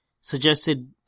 suggested